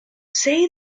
say